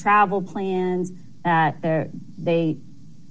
travel plans that they